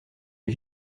est